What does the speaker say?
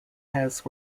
house